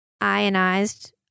ionized